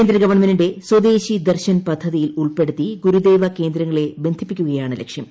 കേന്ദ്ര ഗവൺമെന്റിന്റെ സ്വദേശി ദർശൻ പദ്ധതിയിൽ ഉൾപ്പെടുത്തി ഗുരുദേവ കേന്ദ്രങ്ങളെ ബന്ധിപ്പിക്കുകയാണ് ലക്ഷ്യം